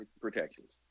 protections